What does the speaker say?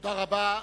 תודה רבה.